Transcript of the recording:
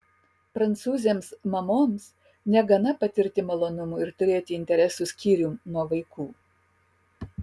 prancūzėms mamoms negana patirti malonumų ir turėti interesų skyrium nuo vaikų